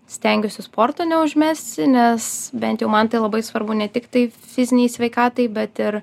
stengiuosi sporto neužmesi nes bent jau man tai labai svarbu ne tiktai fizinei sveikatai bet ir